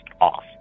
off